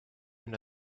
and